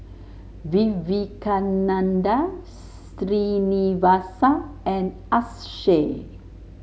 Vivekananda Srinivasa and Akshay